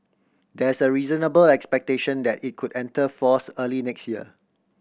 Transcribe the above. there's a reasonable expectation that it could enter force early next year